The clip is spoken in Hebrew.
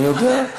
אני יודע.